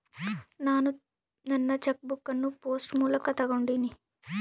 ನಾನು ನನ್ನ cheque book ಅನ್ನು ಪೋಸ್ಟ್ ಮೂಲಕ ತೊಗೊಂಡಿನಿ